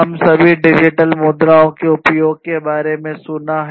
हम सभी ने डिजिटल मुद्राओं के उपयोग के बारे में सुना है